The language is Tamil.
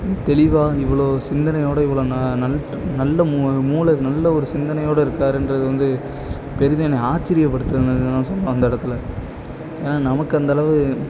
தெளிவாக இவ்வளோ சிந்தனையோடய இவ்வளோ நான் நல் நல்ல மூல நல்ல ஒரு சிந்தனையோட இருக்காருன்றது வந்து பெரிதும் என்ன ஆச்சரியப்படுத்துனது தான் சொல்லணும் அந்த இடத்துல ஏன்னா நமக்கு அந்தளவு